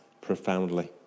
profoundly